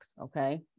okay